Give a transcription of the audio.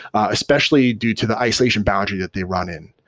especially due to the isolation boundary that they run in.